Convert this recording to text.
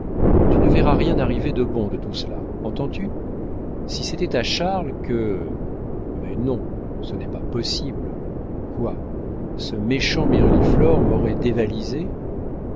tu ne verras rien arriver de bon de tout cela entends-tu si c'était à charles que mais non ce n'est pas possible quoi ce méchant mirliflor m'aurait dévalisé